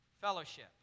fellowship